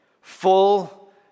Full